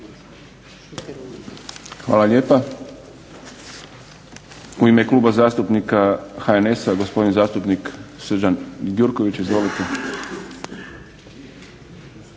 Hvala lijepa. U ime Kluba zastupnika HNS-a gospodin zastupnik Srđan Gjurković. Izvolite.